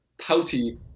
pouty